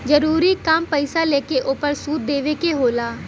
जरूरी काम पईसा लेके ओपर सूद देवे के होला